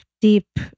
deep